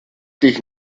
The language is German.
dich